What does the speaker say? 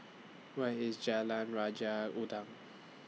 Where IS Jalan Raja Udang